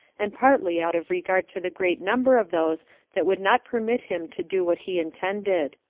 and partly out of regard to the great number of those that would not permit him to do what he intended.